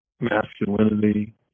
masculinity